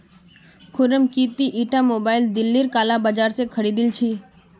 खुर्रम की ती ईटा मोबाइल दिल्लीर काला बाजार स खरीदिल छि